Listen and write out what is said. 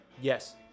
Yes